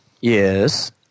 Yes